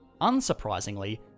Unsurprisingly